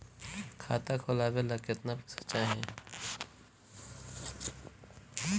खाता खोलबे ला कितना पैसा चाही?